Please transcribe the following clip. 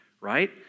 right